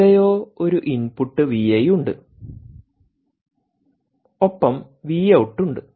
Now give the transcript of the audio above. എവിടെയോ ഒരു input V ഐഉണ്ട് ഒപ്പം വിഔട്ട് ഉണ്ട്